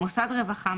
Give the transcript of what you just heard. "מוסד רווחה",